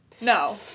No